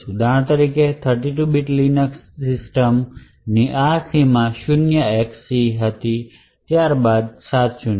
ઉદાહરણ તરીકે 32 bit Linux સિસ્ટમની આ સીમા શૂન્ય XC હતી ત્યારબાદ સાત શૂન્ય